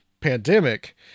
pandemic